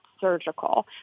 surgical